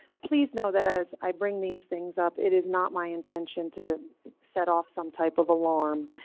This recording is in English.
please know that as i bring these things up, it is not my intention to set off some type of alarm.